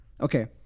okay